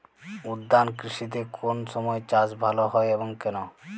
উদ্যান কৃষিতে কোন সময় চাষ ভালো হয় এবং কেনো?